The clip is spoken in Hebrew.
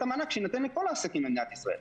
המענק שיינתן לכל העסקים במדינת ישראל.